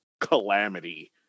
calamity